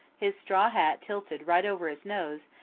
his straw hat tilted right over his nose,